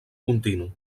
continu